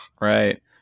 Right